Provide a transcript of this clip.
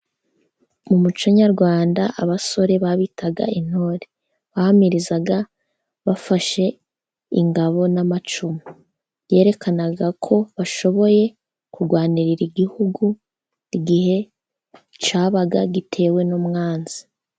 Mu muco nyarwanda abasore babitaga intore, bahamirizaga bafashe ingabo, n'amacumu, byerekanagako bashoboye kurwanirira igihugu igihe cyabaga gitewe n'umwanzi.